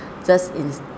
just